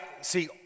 see